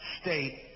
state